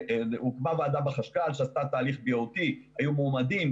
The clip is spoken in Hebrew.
הוקמה ועדה אצל החשב הכללי שעשתה תהליך BOT. היו מועמדים,